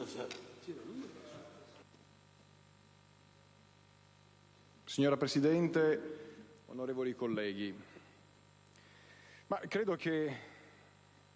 Signora Presidente, onorevoli colleghi,